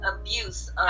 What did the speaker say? abuse